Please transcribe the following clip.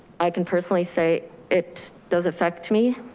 i can personally say it does affect me,